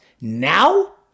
Now